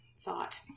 thought